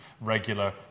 regular